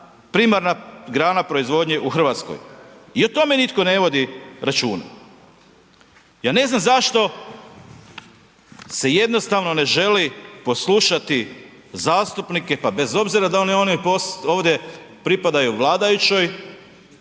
primarna grana proizvodnje u Hrvatskoj. I o tome nitko ne vodi računa. Ja ne znam zašto se jednostavno ne želi poslušati zastupnike pa bez obzira da li oni ovdje pripadaju vladajućoj